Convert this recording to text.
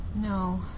No